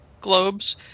Globes